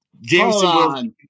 Jameson